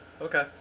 Okay